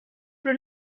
però